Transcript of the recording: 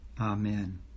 Amen